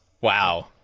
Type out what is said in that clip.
Wow